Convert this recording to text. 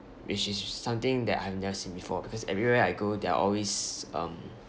which is something that I've never seen before because everywhere I go they're always um